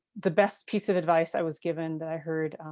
the best piece of advice i was given that i heard